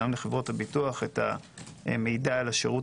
גם לחברות הביטוח את המידע על השירות